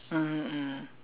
mmhmm mm